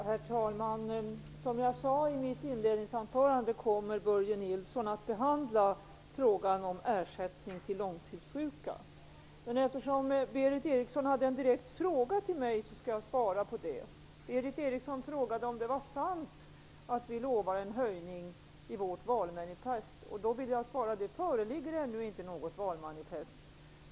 Herr talman! Som jag sade i mitt inledningsanförande kommer Börje Nilsson att behandla frågan om ersättning till långtidssjuka. Men eftersom Berith Eriksson ställde en direkt fråga till mig skall jag svara på den. Berith Eriksson frågade om det var sant att vi lovar en höjning i vårt valmanifest. Då vill jag svara: Det föreligger ännu inte något valmanifest.